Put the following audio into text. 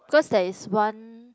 cause there is one